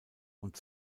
und